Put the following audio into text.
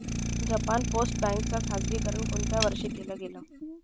Japan post bank च खाजगीकरण कोणत्या वर्षी केलं गेलं?